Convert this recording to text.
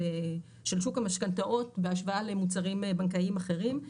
שוק המשכנתאות בהשוואה למוצרים בנקאיים אחרים,